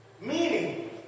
Meaning